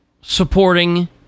supporting